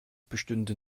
bestünde